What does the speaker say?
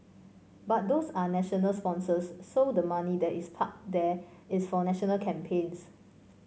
but those are national sponsors so the money that is parked there is for national campaigns